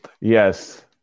Yes